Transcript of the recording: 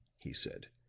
he said.